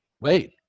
wait